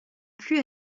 plus